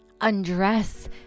undress